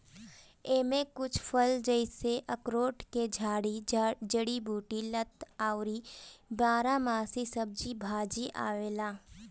एमे कुछ फल जइसे अखरोट के झाड़ी, जड़ी बूटी, लता अउरी बारहमासी सब्जी भाजी आवेला